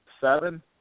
Seven